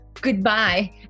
Goodbye